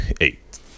eight